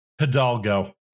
Hidalgo